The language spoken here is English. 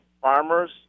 farmers